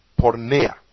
pornea